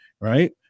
Right